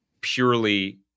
purely